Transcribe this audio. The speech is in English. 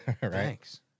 Thanks